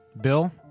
Bill